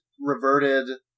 reverted